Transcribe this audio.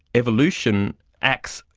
evolution acts,